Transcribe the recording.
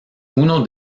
uno